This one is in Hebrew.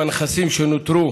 בנכסים שנותרו